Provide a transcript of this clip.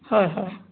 হয় হয়